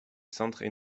centres